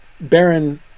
Baron